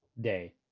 day